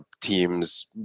teams